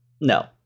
no